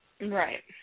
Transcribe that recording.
Right